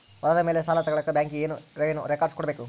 ಹೊಲದ ಮೇಲೆ ಸಾಲ ತಗಳಕ ಬ್ಯಾಂಕಿಗೆ ಏನು ಏನು ರೆಕಾರ್ಡ್ಸ್ ಕೊಡಬೇಕು?